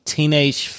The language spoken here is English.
Teenage